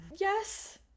yes